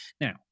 Now